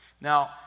Now